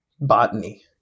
botany